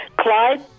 Clyde